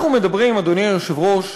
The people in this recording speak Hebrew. אנחנו מדברים, אדוני היושב-ראש,